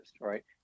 right